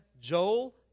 Joel